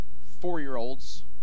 four-year-olds